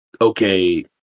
okay